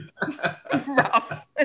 rough